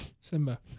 Simba